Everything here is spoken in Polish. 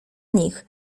nich